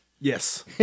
Yes